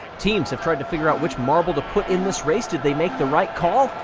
teams have tried to figure out which marble to put in this race. did they make the right call?